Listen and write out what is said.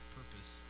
purpose